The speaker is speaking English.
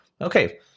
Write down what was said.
Okay